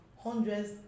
hundreds